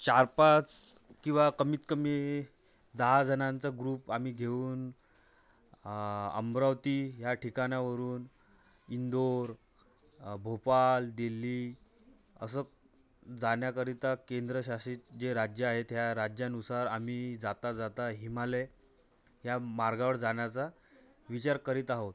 चार पाच किंवा कमीत कमी दहा जणांचा ग्रुप आम्ही घेऊन अमरावती ह्या ठिकाणावरुन इंदोर भोपाल दिल्ली असं जाण्याकरिता केंद्रशासित जे राज्यं आहेत ह्या राज्यानुसार आम्ही जाता जाता हिमालय ह्या मार्गावर जाण्याचा विचार करीत आहोत